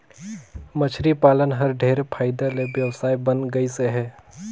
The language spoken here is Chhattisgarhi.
मछरी पालन हर ढेरे फायदा के बेवसाय बन गइस हे